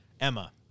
Emma